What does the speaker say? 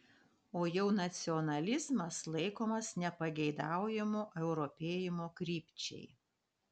o jau nacionalizmas laikomas nepageidaujamu europėjimo krypčiai